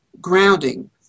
grounding